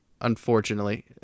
unfortunately